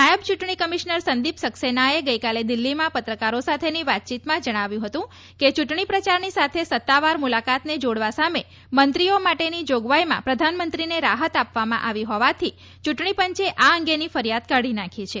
નાયબ ચૂંટણી કમિશનર સંદિપ સક્સેનાએ ગઈકાલે દિલ્હીમાં પત્રકારો સાથેની વાતચીતમાં જણાવ્યું હતું કે ચૂંટણી પ્રચારની સાથે સત્તાવાર મુલાકાતને જોડવા સામે મંત્રીઓ માટેની જોગવાઈમાં પ્રધાનમંત્રીને રાહત આપવામાં આવી હોવાથી ચૂંટણી પંચે આ અંગેની ફરિયાદ કાઢી નાખી છે